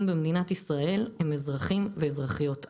במדינת ישראל הם אזרחים ואזרחיות ערבים.